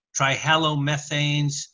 trihalomethanes